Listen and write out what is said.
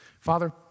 Father